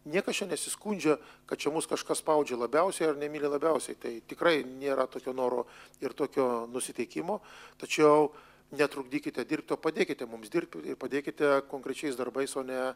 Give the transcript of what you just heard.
niekas čia nesiskundžia kad čia mus kažkas spaudžia labiausiai ar nemyli labiausiai tai tikrai nėra tokio noro ir tokio nusiteikimo tačiau netrukdykite dirbt o padėkite mums dirbt ir padėkite konkrečiais darbais o ne